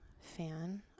fan